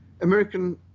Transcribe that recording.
American